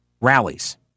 rallies